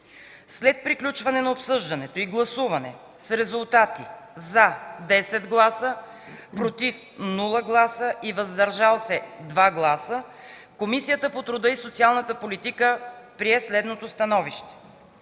След приключване на обсъждането и гласуване с резултати: 10 гласа – „за”, без „против” и 2 гласа – „въздържали се”, Комисията по труда и социалната политика прие следното становище: